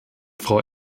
frau